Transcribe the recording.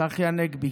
צחי הנגבי,